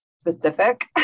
specific